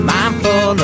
Mindful